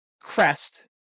crest